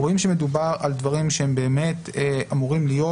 רואים שמדובר על דברים שהם באמת אמורים להיות